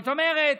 זאת אומרת,